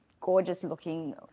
gorgeous-looking